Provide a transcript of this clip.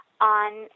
on